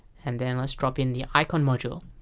and then let's drop in the icon module.